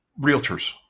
realtors